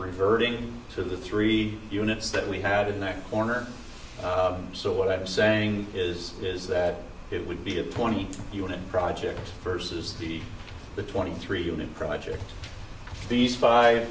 reverting to the three units that we had in that corner so what i'm saying is is that it would be of twenty unit project versus the twenty three unit project these five